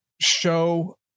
show